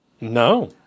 No